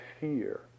fear